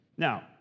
Now